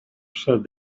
said